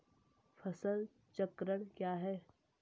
फसल चक्रण क्या है?